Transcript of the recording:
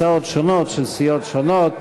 הצעות שונות של סיעות שונות.